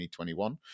2021